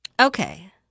Okay